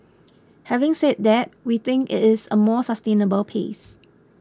having said that we think it is a more sustainable pace